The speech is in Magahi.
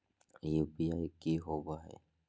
यू.पी.आई की होबो है?